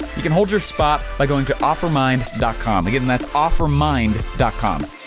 you can hold your spot by going to offermind com. again, that's offermind com.